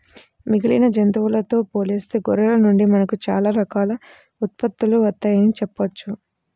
మిగిలిన జంతువులతో పోలిస్తే గొర్రెల నుండి మనకు చాలా రకాల ఉత్పత్తులు వత్తయ్యని చెప్పొచ్చు